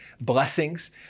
blessings